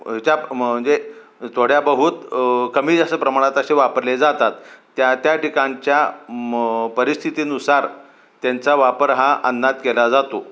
ज्या म्हणजे थोड्याबहुत कमी जास्त प्रमाणात असे वापरले जातात त्या त्या ठिकाणच्या म् परिस्थितीनुसार त्यांचा वापर हा अन्नात केला जातो